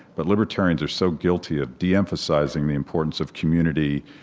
but libertarians are so guilty of deemphasizing the importance of community,